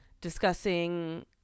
discussing